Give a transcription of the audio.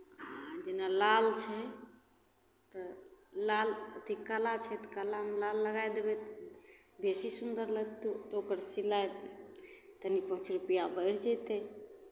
तऽ जेना लाल छै तऽ लाल अथी काला छै तऽ कालामे लाल लगाय देबै तऽ बेसी सुन्दर लगतै तऽ ओकर सिलाइ तनी पाँच रुपैआ बढ़ि जयतै